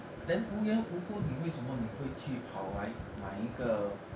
then 无缘无故你为什么你会去跑来买一个